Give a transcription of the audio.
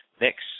Next